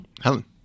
Helen